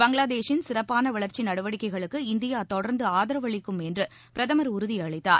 பங்களாதேஷின் சிறப்பானவளர்ச்சிநடவடிக்கைகளுக்கு இந்தியாதொடர்ந்துஆதரவளிக்கும் என்றுபிரதமர் உறுதியளித்தார்